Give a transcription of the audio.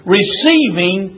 receiving